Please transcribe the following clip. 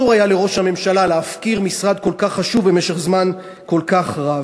אסור היה לראש הממשלה להפקיר משרד כל כך חשוב במשך זמן כל כך רב.